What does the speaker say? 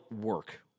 work